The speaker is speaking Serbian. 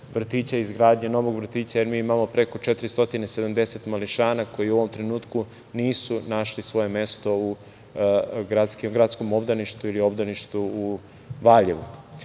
izgradnje novog vrtića. Mi imamo preko 470 mališana koji u ovom trenutku nisu našli svoje mesto u gradskom obdaništu ili obdaništu u Valjevu. Što